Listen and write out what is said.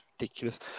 ridiculous